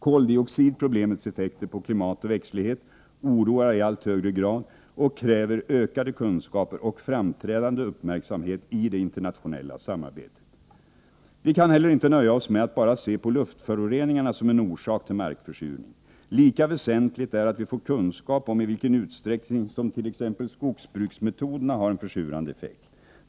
Koldioxidproblemets effekter på klimat och växtlighet oroar i allt högre grad och kräver ökade kunskaper och framträdande uppmärksamhet i det internationella samarbetet. Vi kan inte heller nöja oss med att bara se på luftföroreningarna som en orsak till markförsurning. Lika väsentligt är att vi får kunskap om i vilken utsträckning som t.ex. skogsbruksmetoderna har en försurande effekt.